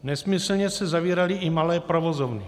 Nesmyslně se zavíraly i malé provozovny.